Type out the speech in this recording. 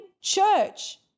church